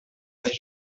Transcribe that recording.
est